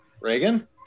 Reagan